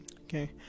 okay